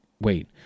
wait